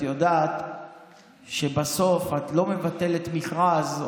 את יודעת שבסוף את לא מבטלת מכרז,